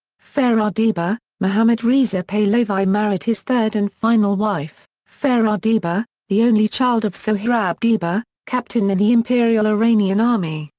farah diba mohammad reza pahlavi married his third and final wife, farah diba, the only child of so sohrab diba, captain in the imperial iranian army,